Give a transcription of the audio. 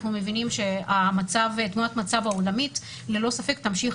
אנחנו מבינים שתמונת המצב העולמית ללא ספק תמשיך